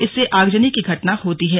इससे आगजनी की घटना होती है